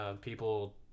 people